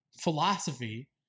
philosophy